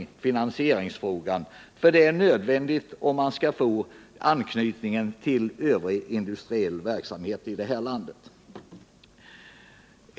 En sådan finansieringsform är nödvändig för att man skall kunna åstadkomma den önskvärda anknytningen till övrig industriell verksamhet i landet.